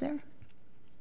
there